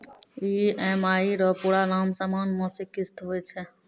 EMI रो पूरा नाम समान मासिक किस्त हुवै छै